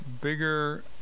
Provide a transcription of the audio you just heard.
bigger